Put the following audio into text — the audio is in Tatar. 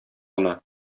гына